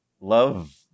love